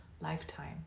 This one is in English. lifetime